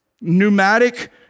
Pneumatic